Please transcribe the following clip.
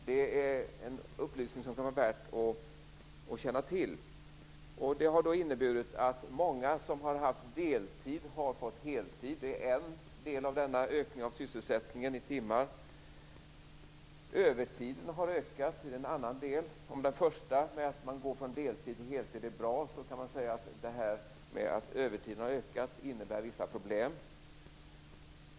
Det är en upplysning som kan vara värd att känna till. En del av denna ökning av sysselsättningen i timmar har inneburit att många som har haft deltid har fått heltid. En annan del av detta är att övertiden har ökat. Om det är bra att gå från deltid till heltid, kan man säga att ökningen av övertiden innebär vissa problem.